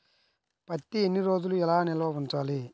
పత్తి ఎన్ని రోజులు ఎలా నిల్వ ఉంచాలి?